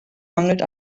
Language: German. mangelt